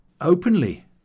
Openly